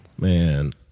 Man